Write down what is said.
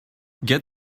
get